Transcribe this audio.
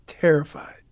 terrified